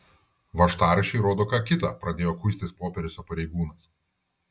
važtaraščiai rodo ką kita pradėjo kuistis popieriuose pareigūnas